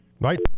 right